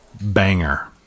banger